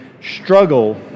struggle